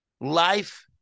life